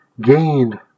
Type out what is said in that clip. gained